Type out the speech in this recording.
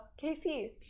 casey